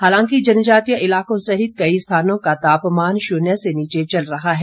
हालांकि जनजातीय इलाकों सहित कई स्थानों का तापमान में शून्य से नीचे चल रहा है